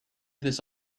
this